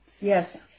yes